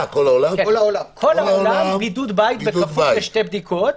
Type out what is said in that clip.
כל העולם - בידוד בית בכפוף לשתי בדיקות.